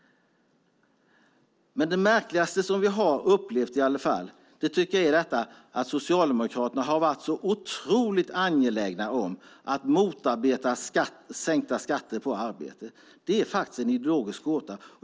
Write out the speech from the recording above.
Det märkligaste som vi har upplevt tycker jag är att Socialdemokraterna har varit så otroligt angelägna om att motarbeta sänkta skatter på arbete. Det är en ideologisk gåta.